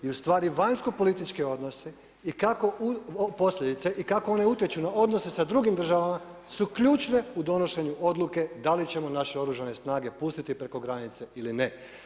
I ustvari vanjskopolitički odnosi i kako, posljedice i kako one utječu na odnose sa drugim državama su ključne u donošenju odluke da li ćemo naše Oružane snage pustiti preko granice ili ne.